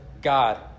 God